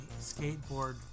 skateboard